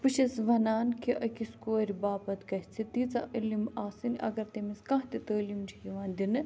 بہٕ چھَس وَنان کہِ أکِس کورِ باپَتھ گژھہِ تیٖژاہ علم آسٕنۍ اگر تٔمِس کانٛہہ تہِ تعلیٖم چھِ یِوان دِنہٕ